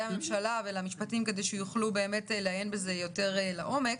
הממשלה כדי שיוכלו לעיין בזה יותר לעומק.